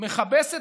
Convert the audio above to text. מכבסת?